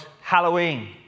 Halloween